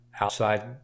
outside